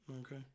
Okay